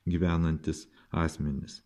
gyvenantys asmenys